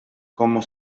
como